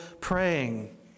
praying